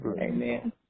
amen